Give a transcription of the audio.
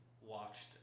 watched